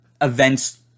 events